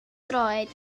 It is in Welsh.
droed